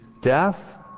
deaf